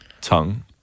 tongue